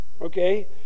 Okay